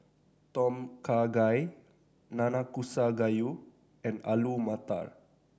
Tom Kha Gai Nanakusa Gayu and Alu Matar